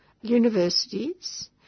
universities